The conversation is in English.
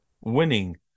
winning